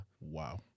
Wow